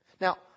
Now